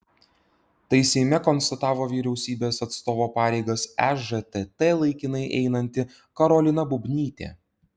tai seime konstatavo vyriausybės atstovo pareigas ežtt laikinai einanti karolina bubnytė